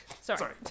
Sorry